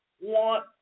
want